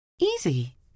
Easy